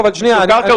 יש לו קרקע,